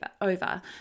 over